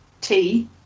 tea